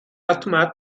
automat